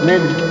men